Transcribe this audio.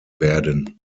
werden